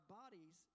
bodies